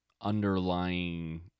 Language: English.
underlying